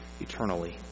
eternally